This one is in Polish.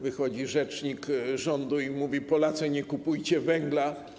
Wychodzi rzecznik rządu i mówi: Polacy, nie kupujcie węgla.